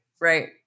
Right